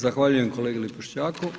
Zahvaljujem kolegi Lipošćaku.